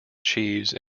cheese